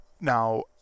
Now